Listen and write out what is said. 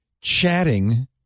chatting